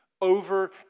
over